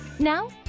now